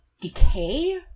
decay